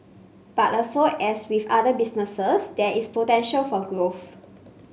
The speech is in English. but also as with other businesses there is potential for growth